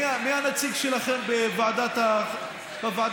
מי הנציג שלכם בוועדת הלאום?